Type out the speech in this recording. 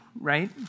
right